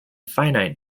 finite